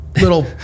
little